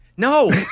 No